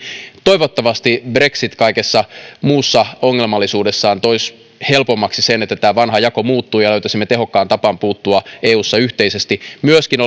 toivottavasti brexit kaikessa muussa ongelmallisuudessaan toisi helpommaksi sen että tämä vanha jako muuttuu ja löytäisimme tehokkaan tavan puuttua eussa yhteisesti myöskin